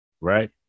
right